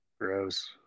Gross